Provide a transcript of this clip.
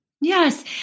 Yes